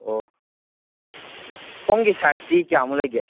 ꯑꯣ ꯈꯣꯡꯒꯤ ꯁꯥꯏꯁꯇꯤ ꯀꯌꯥꯃꯨꯛ ꯂꯩꯒꯦ